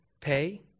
pay